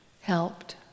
helped